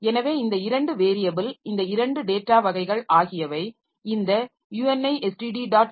எனவே இந்த இரண்டு வேரியபில் இந்த இரண்டு டேட்டா வகைகள் ஆகியவை இந்த unistd